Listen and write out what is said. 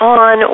on